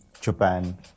Japan